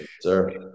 sir